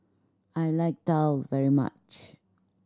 I like daal very much